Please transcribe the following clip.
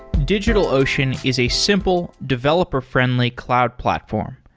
digitalocean is a simple, developer friendly cloud platform.